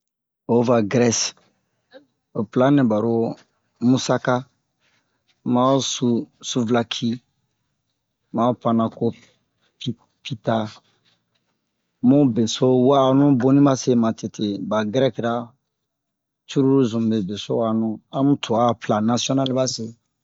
o va Gɛrɛse ho pla nɛ ɓaro musaka ma ho su- suvilaki a ho panakop- pi -pita mu beso wa'a nu boni base matete ɓa gɛrɛki-ra curulu zun mube beso wa'anu amu twa pla nasiyonali ɓase